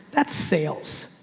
that's sales.